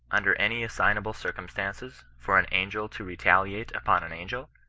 under any assignable circumstances, for an angel to retaliate upon an angel,